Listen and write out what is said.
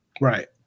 Right